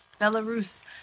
Belarus